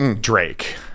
Drake